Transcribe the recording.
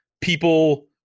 people